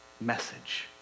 message